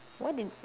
what did